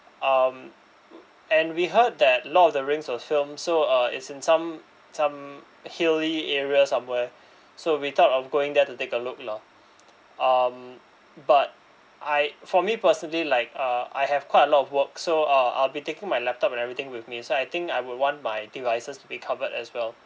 um and we heard that lord of the rings was filmed so uh it's in some some hilly area somewhere so we thought of going there to take a look lah um but I for me personally like uh I have quite a lot of work so uh I'll be taking my laptop everything with me so I think I would want my devices to be covered as well